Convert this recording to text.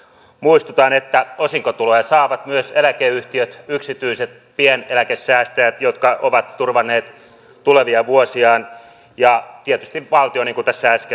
muistutan että osinkotuloja saavat myös eläkeyhtiöt yksityiset pieneläkesäästäjät jotka ovat turvanneet tulevia vuosiaan ja tietysti valtio niin kuin tässä äsken mainitsin